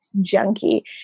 junkie